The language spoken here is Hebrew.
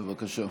בבקשה.